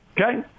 Okay